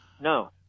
No